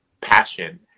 passion